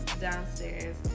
downstairs